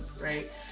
right